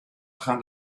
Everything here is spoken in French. train